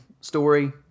story